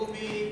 דובי,